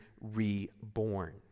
reborn